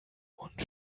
und